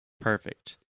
Perfect